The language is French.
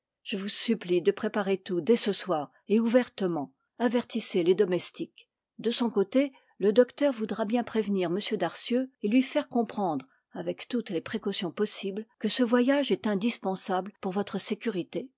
je vous supplie de préparer tout dès ce soir et ouvertement avertissez les domestiques de son côté le docteur voudra bien prévenir m darcieux et lui faire comprendre avec toutes les précautions possibles que ce voyage est indispensable pour votre sécurité